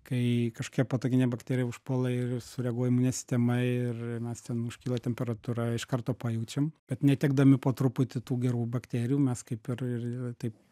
kai kažkokia patogenė bakterija užpuola ir sureaguoja imunė sistema ir mes ten užkyla temperatūra iš karto pajaučiam kad netekdami po truputį tų gerų bakterijų mes kaip ir ir taip